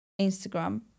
Instagram